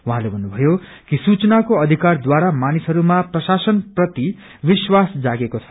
उहाँले भन्नुभयो कि सूचनाको अधिकारद्वारा मानिसहरूमा प्रशासनप्रति विश्वास जागेको छ